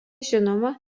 žinoma